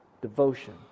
devotion